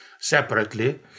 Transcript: separately